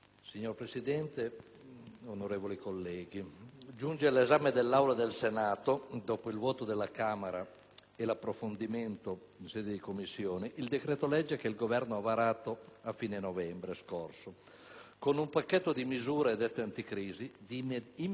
onorevoli colleghi, giunge all'esame dell'Aula del Senato, dopo il voto della Camera e l'approfondimento in sede di Commissioni, il decreto-legge che il Governo ha varato a fine novembre scorso con un pacchetto di misure definite anticrisi di immediata applicazione,